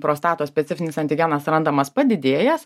prostatos specifinis antigenas randamas padidėjęs